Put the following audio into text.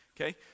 Okay